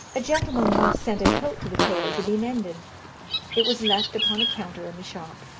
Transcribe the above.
a gentleman once sent a coat to the tailor to be mended it was left upon a counter in the shop.